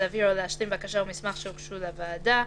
להבהיר או להשלים בקשה או מסמך שהוגשו לוועדה.